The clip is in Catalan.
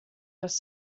les